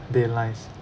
deadlines